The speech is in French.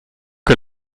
que